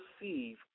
receive